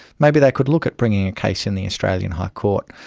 maybe they could look at bringing a case in the australian high court,